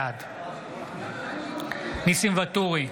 בעד ניסים ואטורי,